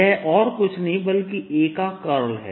यह और कुछ नहीं बल्कि A का कर्ल है